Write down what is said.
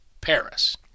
Paris